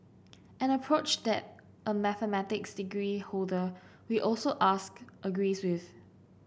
an approach that a mathematics degree holder we also asked agrees with